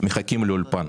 מחכים לאולפן.